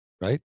right